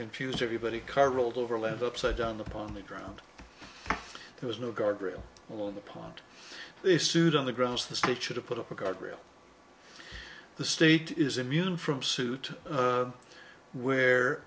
confused everybody car rolled over led upside down upon the ground there was no guardrail along the pond they sued on the grounds the stick should have put up a guardrail the state is immune from suit where